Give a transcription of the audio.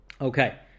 Okay